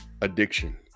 addiction